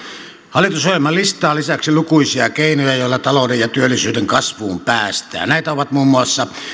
hallitusohjelma listaa lisäksi lukuisia keinoja joilla talouden ja työllisyyden kasvuun päästään näitä ovat muun muassa